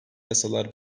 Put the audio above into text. yasalar